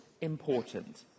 important